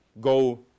go